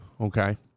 Okay